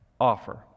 offer